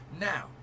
Now